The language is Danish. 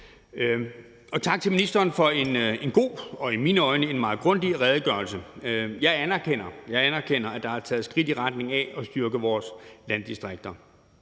Og tak til ministeren for en god og i mine øjne en meget grundig redegørelse. Jeg anerkender, at der er taget skridt i retning af at styrke vores landdistrikter,